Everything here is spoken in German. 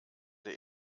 der